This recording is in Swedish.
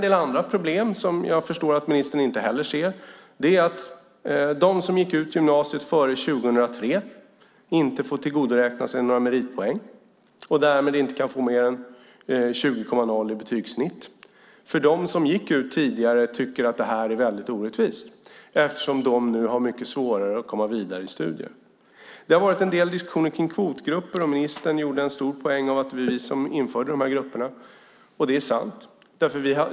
Ett problem som ministern inte heller ser är att de som gick ut gymnasiet före 2003 inte får tillgodoräkna sig meritpoäng och därmed inte kan få mer än 20.0 i betygssnitt. De som gick ut tidigare tycker att detta är orättvist eftersom de har svårare att komma vidare i studier. Det har varit en del diskussioner om kvotgrupper. Ministern gjorde en poäng av att det var vi som införde dessa grupper, vilket är sant.